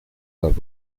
las